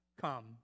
come